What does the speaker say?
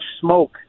smoke